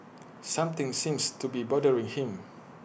something seems to be bothering him